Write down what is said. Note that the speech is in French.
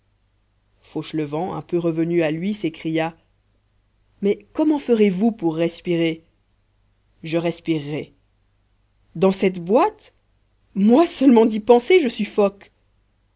fauchelevent un peu revenu à lui s'écria mais comment ferez-vous pour respirer je respirerai dans cette boîte moi seulement d'y penser je